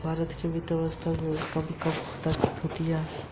भारत में वित्तीय वर्ष की अवधि कब से कब तक होती है?